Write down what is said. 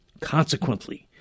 Consequently